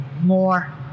more